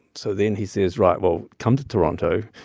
so then he says, right. well, come to toronto.